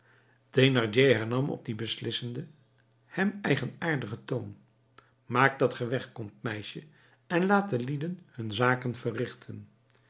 hernam op dien beslissenden hem eigenaardigen toon maak dat ge weg komt meisje en laat de lieden hun zaken verrichten